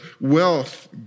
wealth